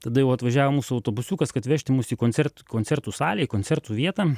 tada jau atvažiavo mūsų autobusiukas kad vežti mus į koncertų koncertų salę į koncertų vietą